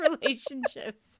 relationships